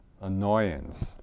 Annoyance